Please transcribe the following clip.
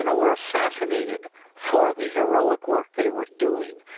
and were assassinated for the heroic work they were doing.